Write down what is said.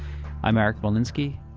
i! m eric molinsky.